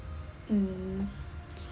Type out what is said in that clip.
hmm